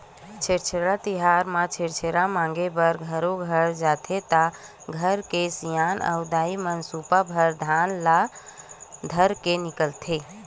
छेरछेरा तिहार म छेरछेरा मांगे बर घरो घर जाथे त घर के सियान अऊ दाईमन सुपा भर धान ल धरके निकलथे